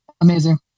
Amazing